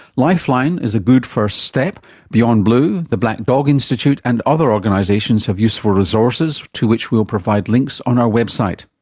lifeline is a good first step, and beyond blue, the black dog institute and other organisations have useful resources to which we'll provide links on our website.